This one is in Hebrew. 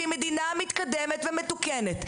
שהיא מדינה מתקדמת ומתוקנת,